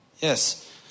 Yes